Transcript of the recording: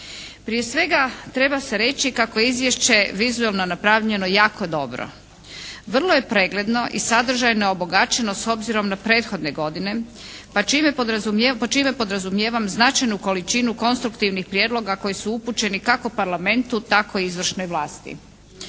Prije svega, treba se reći kako je izvješće vizualno napravljeno jako dobro. Vrlo je pregledno i sadržajno obogaćeno s obzirom na prethodne godine pod čime podrazumijevam značajnu količinu konstruktivnih prijedloga koji su upućeni kako parlamentu tako i izvršnoj vlasti.